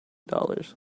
dollars